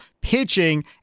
pitching